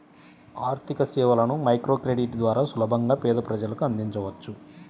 ఆర్థికసేవలను మైక్రోక్రెడిట్ ద్వారా సులభంగా పేద ప్రజలకు అందించవచ్చు